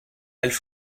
elles